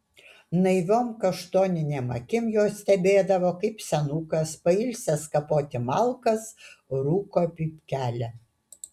naiviom kaštoninėm akim jos stebėdavo kaip senukas pailsęs kapoti malkas rūko pypkelę